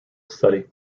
study